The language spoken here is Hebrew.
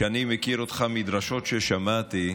אני מכיר אותך מדרשות ששמעתי,